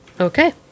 Okay